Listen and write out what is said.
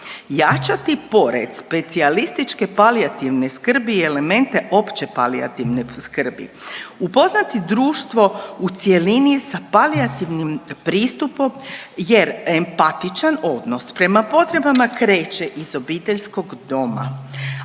jačati pored specijalističke palijativne skrbi i element opće palijativne skrbi. Upoznati društvo u cjelini sa palijativnim pristupom jer empatičan odnos prema potrebama kreće iz obiteljskog doma,